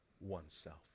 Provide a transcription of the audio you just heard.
oneself